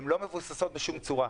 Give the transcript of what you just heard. לא מבוססות בשום צורה.